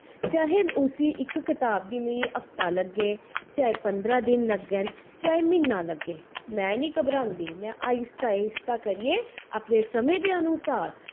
चाहे उसी इक कताब गी में हफ्ता लग्गै चाहे पंदरां दिन लग्गन चाहे म्हीना लग्गै में नी घबरांदी में आस्ता आस्ता करियै अपने समें दे अनुसार